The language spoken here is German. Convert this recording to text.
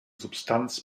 substanz